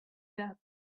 that